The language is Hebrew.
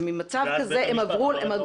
וממצב כזה הם עברו --- ואז בית המשפט אמר את דברו.